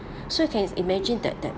so can you imagine that that